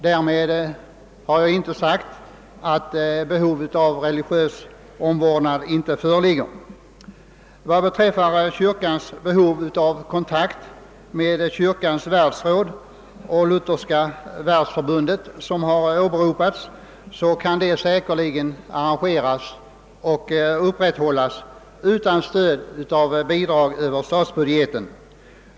Därmed har jag inte sagt att behov av religiös omvårdnad inte föreligger. Vad beträffar kyrkans behov av kontakt med Kyrkornas världsråd och Lutherska världsförbundet, som har åberopats, kan denna kontakt säkerligen upprätthållas utan stöd av bidrag över statsbudgeten.